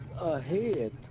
ahead